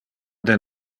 del